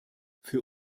für